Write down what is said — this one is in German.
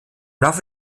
laufe